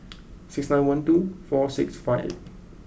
six nine one two four six five eight